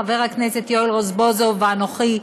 חבר הכנסת יואל רזבוזוב ואנוכי,